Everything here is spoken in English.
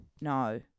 No